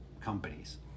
companies